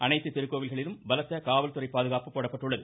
அனைத்து திருக்கோவில்களிலும் பலத்த காவல்துறை பாதுகாப்பு போடப்பட்டுள்ளது